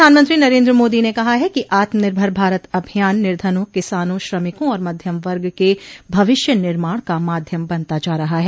प्रधानमंत्री नरेन्द्र मोदी ने कहा है कि आत्मनिर्भर भारत अभियान निर्धनों किसानों श्रमिकों और मध्यम वर्ग के भविष्य निर्माण का माध्यम बनता जा रहा है